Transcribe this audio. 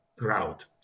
route